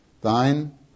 Thine